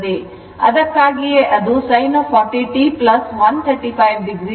ಅದಕ್ಕಾಗಿಯೇ ಅದು sin 40 t 135 oಆಗಿದೆ